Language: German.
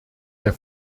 der